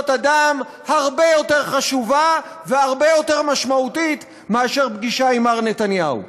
אדם הרבה יותר חשובה והרבה יותר משמעותית מאשר פגישה עם מר נתניהו.